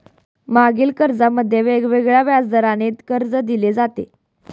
मागणी कर्जामध्ये वेगवेगळ्या व्याजदराने कर्ज दिले जाते